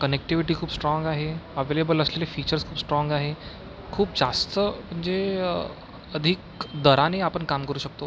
connectivity खूप strong आहे available असलेले फीचर्स खूप स्ट्राँग आहे खूप जास्त म्हणजे अधिक दराने आपण काम करू शकतो